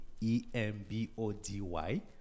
E-M-B-O-D-Y